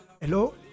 Hello